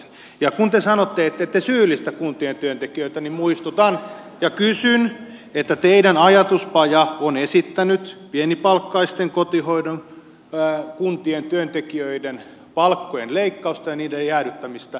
ja kun te sanotte ettette syyllistä kuntien työntekijöitä niin muistutan että teidän ajatuspajanne on esittänyt kuntien pienipalkkaisten kotihoidon työntekijöiden palkkojen leikkausta ja niiden jäädyttämistä ja kysyn